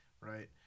Right